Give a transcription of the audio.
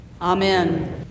Amen